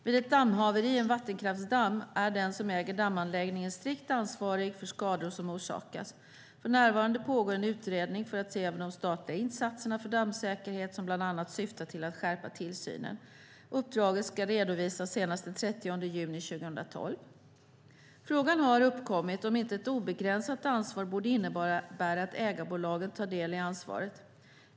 Vid ett dammhaveri i en vattenkraftsdamm är den som äger dammanläggningen strikt ansvarig för skador som orsakas. För närvarande pågår en utredning för att se över de statliga insatserna för dammsäkerhet som bland annat syftar till att skärpa tillsynen. Uppdraget ska redovisas senast den 30 juni 2012. Frågan har uppkommit om inte ett obegränsat ansvar borde innebära att ägarbolagen tar del i ansvaret.